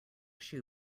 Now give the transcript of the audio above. shoe